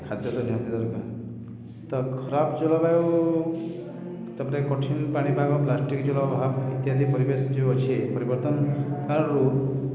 ଖାଦ୍ୟ ତ ନିିହାତି ଦରକାର ତ ଖରାପ ଜଳବାୟୁ ତାପରେ କଠିନ ପାଣିପାଗ ପ୍ଲାଷ୍ଟିକ୍ ଜଳ ଅଭାବ ଇତ୍ୟାଦି ପରିବେଶ ଯେଉଁ ଅଛି ପରିବର୍ତ୍ତନ କାରଣରୁ